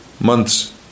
months